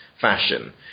fashion